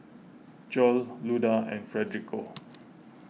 Joel Luda and Federico